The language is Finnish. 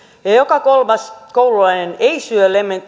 eli joka kolmas heistä ei syö